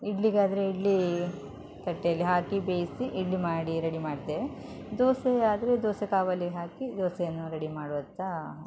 ಇಡ್ಲಿಗಾದರೆ ಇಡ್ಲಿ ತಟ್ಟೆಯಲ್ಲಿ ಹಾಕಿ ಬೇಯಿಸಿ ಇಡ್ಲಿ ಮಾಡಿ ರೆಡಿ ಮಾಡ್ತೇವೆ ದೋಸೆ ಆದರೆ ದೋಸೆ ಕಾವಲಿಗೆ ಹಾಕಿ ದೋಸೆಯನ್ನು ರೆಡಿ ಮಾಡುವಂಥ